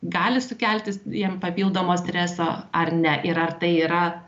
gali sukelti jiem papildomo streso ar ne ir ar tai yra